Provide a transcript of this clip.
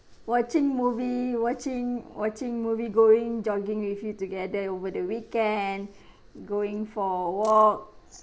watching movie watching watching movie going jogging with you together over the weekend going for walks